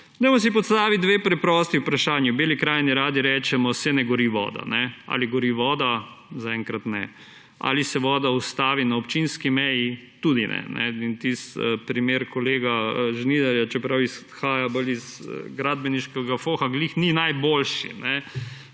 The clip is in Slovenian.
funkcija. Postavimo si dve preprosti vprašanji. V Beli krajini radi rečemo, da saj ne gori voda. Ali gori voda? Zaenkrat ne. Ali se voda ustavi na občinski meji? Tudi ne. In tisti primer kolega Žnidarja, čeprav izhaja bolj iz gradbeniškega foha, glih ni najboljši.